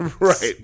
Right